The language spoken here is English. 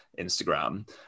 Instagram